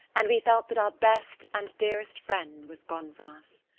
and we felt that our best and dearest friend was gone from us.